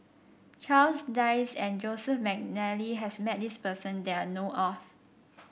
Charles Dyce and Joseph McNally has met this person that I know of